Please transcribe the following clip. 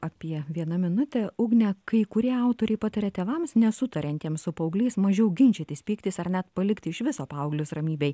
apie viena minutė ugne kai kurie autoriai pataria tėvams nesutariantiems su paaugliais mažiau ginčytis pyktis ar net palikti iš viso paauglius ramybėj